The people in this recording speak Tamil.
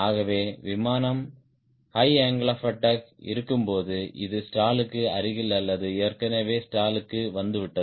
ஆகவே விமானம் airplane high angle of attack இருக்கும்போது இது ஸ்டாலுக்கு அருகில் அல்லது ஏற்கனவே ஸ்டாலுக்கு வந்துவிட்டது